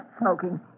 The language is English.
smoking